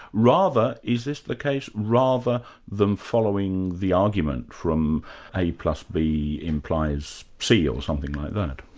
rather, is this the case? rather them following the argument from a plus b implies c, or something like that?